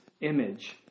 image